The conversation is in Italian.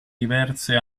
diverse